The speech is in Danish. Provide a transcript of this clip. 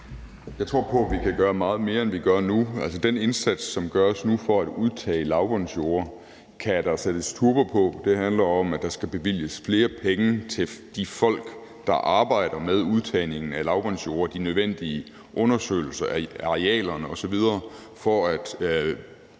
Jeg tror på, at vi kan gøre meget mere, end vi gør nu. Altså, den indsats, som gøres nu, for at udtage lavbundsjorder kan der sættes turbo på. Det handler om, at der skal bevilges flere penge til de folk, der arbejder med udtagningen af lavbundsjorder, de nødvendige undersøgelser af arealerne osv. for at